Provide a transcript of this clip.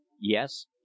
yes